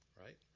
Right